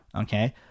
Okay